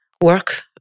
work